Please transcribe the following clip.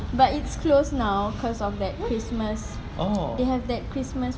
but it's closed now because of that christmas they have that christmas